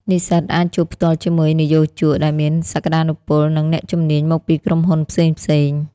និស្សិតអាចជួបផ្ទាល់ជាមួយនិយោជកដែលមានសក្តានុពល និងអ្នកជំនាញមកពីក្រុមហ៊ុនផ្សេងៗ។